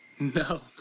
no